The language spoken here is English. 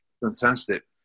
fantastic